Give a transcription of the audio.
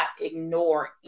ignore